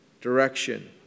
direction